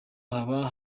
haba